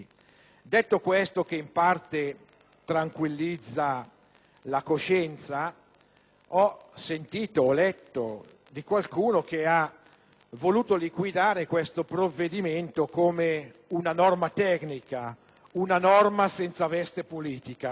Detto questo, che in parte tranquillizza la coscienza, ho sentito che qualcuno ha voluto liquidare il provvedimento in esame come una norma tecnica, una norma senza veste politica,